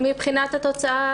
מבחינת התוצאה,